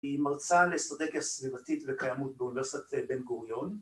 ‫היא מרצה לאסטרטגיה סביבתית ‫וקיימות באוניברסיטת בן-גוריון.